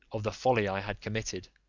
of the folly i had committed.